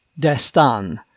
Destan